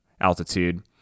altitude